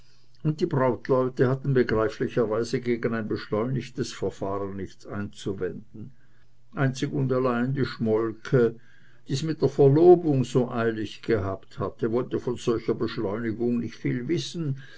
und die brautleute hatten begreiflicherweise gegen ein beschleunigtes verfahren nichts einzuwenden einzig und allein die schmolke die's mit der verlobung so eilig gehabt hatte wollte von solcher beschleunigung nicht viel wissen